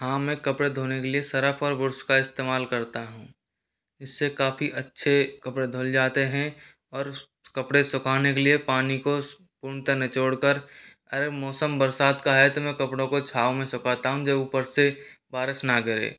हाँ मैं कपड़े धोने के लिए सर्फ़ और ब्रुश का इस्तेमाल करता हूँ इससे काफ़ी अच्छे कपड़े धुल जाते हैं और कपड़े सुखाने के लिए पानी को पुनः निचोड़ कर अरे मौसम बरसात का है तो मैं कपड़ों को छांव में सुखाता हूँ जब ऊपर से बारिश न गिरे